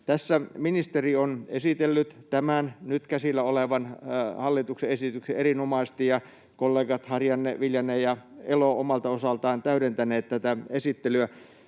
Tässä ministeri on esitellyt tämän nyt käsillä olevan hallituksen esityksen erinomaisesti, ja kollegat Harjanne, Viljanen ja Elo omalta osaltaan ovat täydentäneet tätä esittelyä.